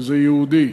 זה יהודי.